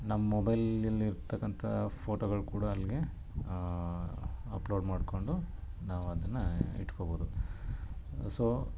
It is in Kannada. ನಮ್ಮ ಮೊಬೈಲಲ್ಲಿ ಇರ್ತಕಂಥಾ ಫೋಟೋಗಳು ಕೂಡಾ ಅಲ್ಲಿಗೆ ಅಪ್ಲೋಡ್ ಮಾಡಿಕೊಂಡು ನಾವು ಅದನ್ನಾ ಇಟ್ಕೋಬೋದು ಸೊ